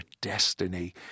destiny